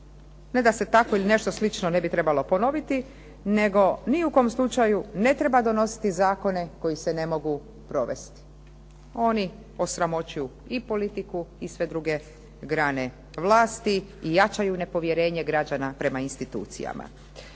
ne da se tako ili nešto slično ne bi trebalo ponoviti, nego ni u kom slučaju ne treba donositi zakone koji se ne mogu provesti. Oni osramoćuju i politiku i sve druge grane vlasti i jačaju nepovjerenje građana prema institucijama.